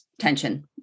tension